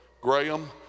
Graham